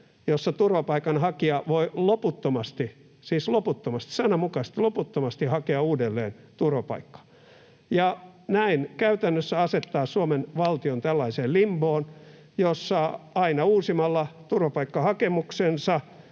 jossa turvapaikanhakija voi loputtomasti — siis loputtomasti, sananmukaisesti loputtomasti — hakea uudelleen turvapaikkaa ja näin käytännössä asettaa Suomen valtion tällaiseen limboon, jossa aina uusimalla turvapaikkahakemuksensa